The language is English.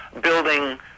building